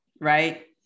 right